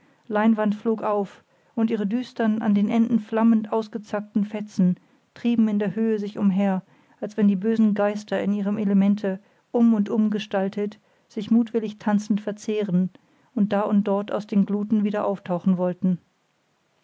leinwand flog auf und ihre düstern an den enden flammend ausgezackten fetzen trieben in der höhe sich umher als wenn die bösen geister in ihrem elemente um und um gestaltet sich mutwillig tanzend verzehren und da und dort aus den gluten wieder auftauchen wollten